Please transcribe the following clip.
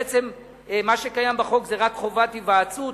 בעצם מה שקיים בחוק זה רק חובת היוועצות.